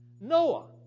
Noah